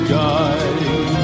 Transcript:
die